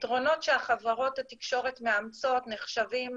הפתרונות שחברות התקשורת מאמצות נחשבים